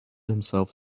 himself